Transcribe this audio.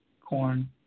corn